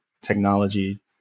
technology